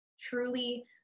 truly